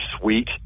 sweet